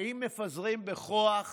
האם מפזרים בכוח